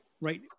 Right